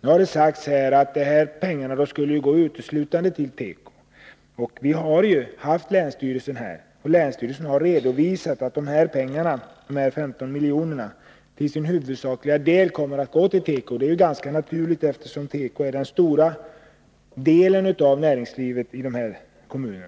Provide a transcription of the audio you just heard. Det har sagts att dessa pengar skall gå uteslutande till tekoindustrin, och representanter för länsstyrelsen har vid besök här redovisat att den huvudsakliga delen av dessa 15 miljoner kommer att gå till teko. Det är ganska naturligt, eftersom teko är den största delen av näringslivet i dessa kommuner.